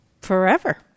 forever